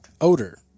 odor